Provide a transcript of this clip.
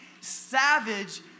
savage